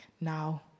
now